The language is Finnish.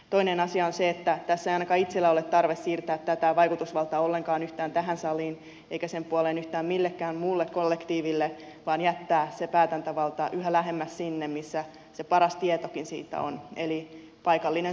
toinen asia on se että tässä ei ainakaan itselläni ole tarve siirtää tätä vaikutusvaltaa yhtään tähän saliin eikä sen puoleen yhtään millekään muulle kollektiiville vaan jättää se päätäntävalta yhä lähemmäs sinne missä se paras tietokin siitä on eli paikalliseen sopimiseen